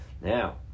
Now